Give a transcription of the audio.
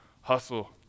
hustle